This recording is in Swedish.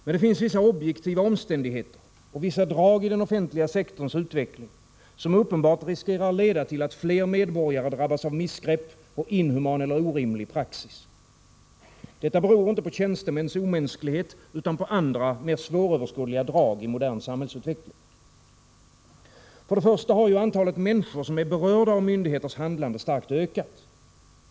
Men det finns vissa objektiva omständigheter och vissa drag i den offentliga sektorns utveckling som uppenbart riskerar att leda till att fler medborgare drabbas av missgrepp och inhuman eller orimlig praxis. Detta beror inte på tjänstemäns omänsklighet utan på andra, mer svåröverskådliga drag i modern samhällsutveckling. Först och främst har antalet människor som är berörda av myndigheters handlande starkt ökat.